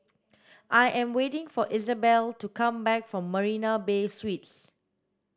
I am waiting for Izabelle to come back from Marina Bay Suites